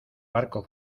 barco